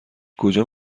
کجا